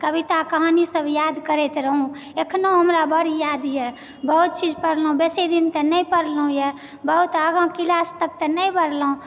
कविता कहानीसभ याद करैत रहहुँ अखनहुँ हमरा बड्ड यादए बहुत चीज पढ़लहुँ बेसी दिन तऽ नहि पढ़लहुँ यऽ बहुत आगाँ क्लास तक तऽ नहि पढ़लहुँ